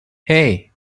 hey